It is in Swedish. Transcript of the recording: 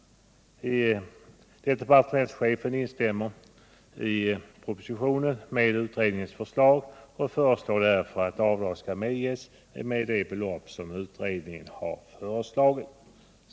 Departementschefen instämmer i propositionen med utredningens förslag och föreslår att avdrag skall medges med det belopp som utredningen föreslagit.